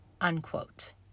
unquote